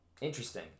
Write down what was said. interesting